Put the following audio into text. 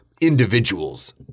individuals